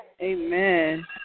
Amen